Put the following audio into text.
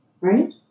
right